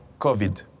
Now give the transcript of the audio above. COVID